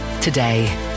today